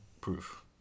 proof